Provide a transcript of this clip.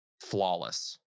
flawless